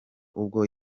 ubwo